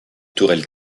tourelle